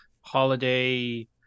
holiday